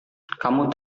kamu